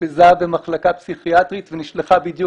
אושפזה במחלקה פסיכיאטרית ונשלחה בדיוק